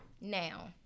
now